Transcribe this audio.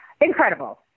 Incredible